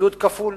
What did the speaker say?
מבידוד כפול: